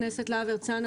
חבר הכנסת להב הרצנו.